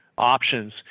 Options